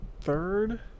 third